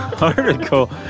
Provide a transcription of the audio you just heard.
article